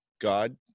God